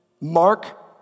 Mark